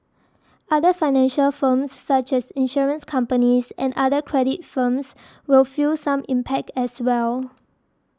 other financial firms such as insurance companies and other credit firms will feel some impact as well